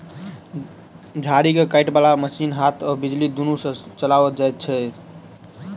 झाड़ी के काटय बाला मशीन हाथ आ बिजली दुनू सँ चलाओल जाइत छै